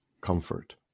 comfort